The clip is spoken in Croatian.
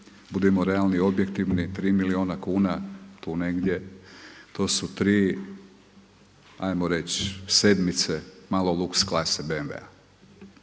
Budimo realni i objektivni 3 milijuna kuna, tu negdje to su tri, ajmo reći sedmice malo lux klase BMW-a.